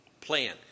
plan